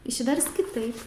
išvers kitaip